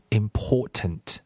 important